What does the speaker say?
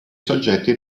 soggetti